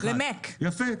יפה.